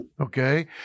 okay